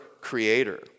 creator